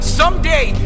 someday